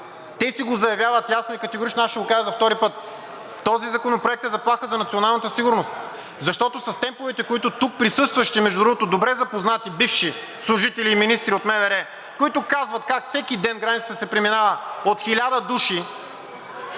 Те си го заявяват ясно и категорично – аз ще го кажа за втори път. Този законопроект е заплаха за националната сигурност, защото с темповете, с които тук присъстващи – между другото, добре запознати бивши служители и министри от МВР, които казват как всеки ден границата се преминава от 1000 души